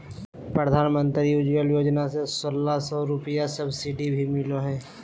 प्रधानमंत्री उज्ज्वला योजना से सोलह सौ रुपया के सब्सिडी भी मिलो हय